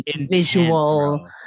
visual